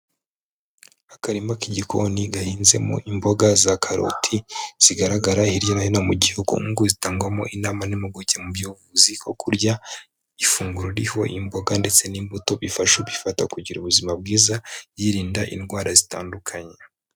Akarima k'igikoni gahinzemo imboga za karoti zigaragara hirya no hino mu gihugu, ubu ngubu zitangwamo inama n'impuguke mu by'ubuvuzi ko kurya ifunguro riho imboga ndetse n'imbuto bifasha ubifata kugira ubuzima bwiza, yirinda indwara zitandukanye.